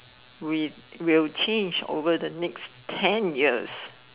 with will change over the next ten years